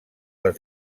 les